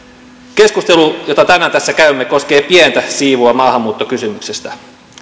keskustelu jota tänään tässä käymme koskee pientä siivua maahanmuuttokysymyksestä